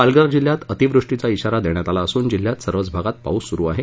पालघर जिल्ह्यात अतिवृष्टीचा श्राा देण्यात आला असून जिल्ह्यात सर्वच भागात पाऊस सुरू आहे